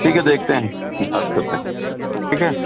ٹھیک ہے دیکھتے ہیں بات کرتے ہیں ٹھیک ہے